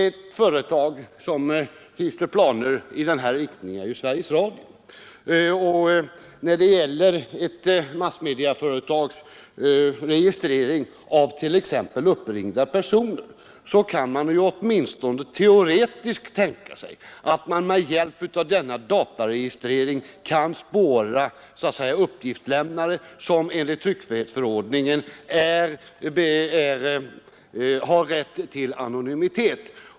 Ett företag som hyser planer i den här riktningen är Sveriges Radio. När det gäller ett massmedieföretags registrering av t.ex. uppringda personer, kan det åtminstone teoretiskt tänkas att man med hjälp av denna dataregistrering kan spåra uppgiftslämnare som enligt tryckfrihetsförordningen har rätt till anonymitet.